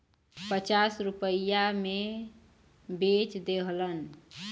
पचास रुपइया मे बेच देहलन